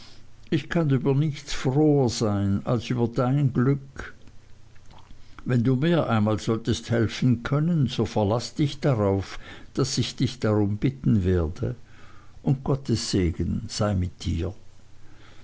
ich kann über nichts froher sein als über dein glück wenn du mir einmal solltest helfen können so verlaß dich drauf daß ich dich darum bitten werde und gottes segen sei mit dir